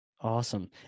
awesome